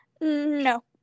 No